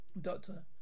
Doctor